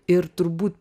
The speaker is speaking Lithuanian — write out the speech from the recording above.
ir turbūt